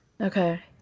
Okay